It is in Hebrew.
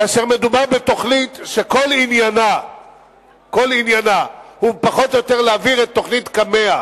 כאשר מדובר בתוכנית שכל עניינה הוא פחות או יותר להעביר את תוכנית קמ"ע